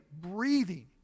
breathing